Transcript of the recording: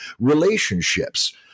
relationships